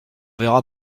verra